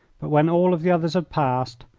but when all of the others had passed,